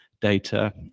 data